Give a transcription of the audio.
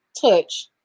touch